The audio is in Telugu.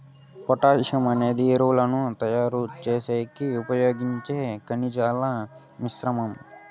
పొటాషియం అనేది ఎరువులను తయారు చేసేకి ఉపయోగించే ఖనిజాల మిశ్రమం